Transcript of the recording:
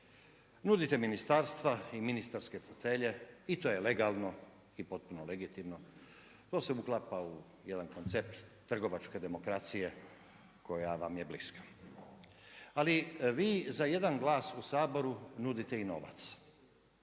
Nudite ministarstva i ministarske fotelje i to je legalno i potpuno legitimno. To se uklapa u jedan koncept trgovačke demokracije koja vam je bliska. Ali vi za jedan glas u Saboru nudite i novac,